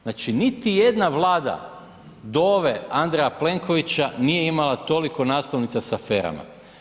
Znači niti jedna Vlada do ove, Andreja Plenkovića nije imala toliko naslovnica s aferama.